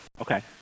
Okay